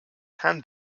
han